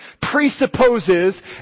Presupposes